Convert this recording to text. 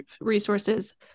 resources